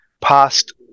past